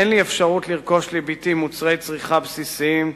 אין לי אפשרות לרכוש לבתי מוצרי צריכה בסיסיים,